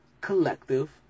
collective